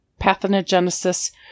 pathogenesis